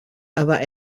aber